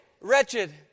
wretched